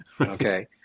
Okay